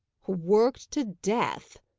worked to death!